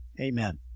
amen